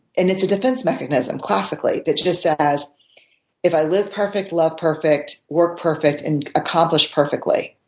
and it's a defense mechanism, classically, that just says if i live perfect, love perfect, work perfect and accomplish perfectly,